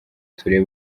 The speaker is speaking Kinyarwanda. turebe